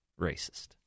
racist